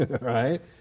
right